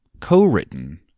co-written